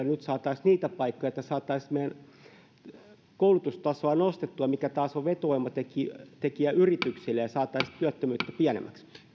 nyt saataisiin niitä paikkoja lahden seudulle että saataisiin meidän koulutustasoa nostettua mikä taas on vetovoimatekijä yrityksille ja saataisiin työttömyyttä pienemmäksi